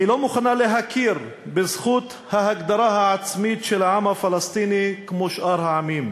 היא לא מוכנה להכיר בזכות ההגדרה העצמית של העם הפלסטיני כמו שאר העמים.